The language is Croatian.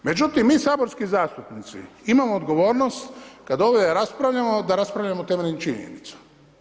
Međutim, mi saborski zastupnici imamo odgovornost kad ovdje raspravljamo da raspravljamo temeljem činjenica.